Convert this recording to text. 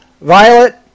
violet